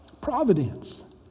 Providence